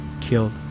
killed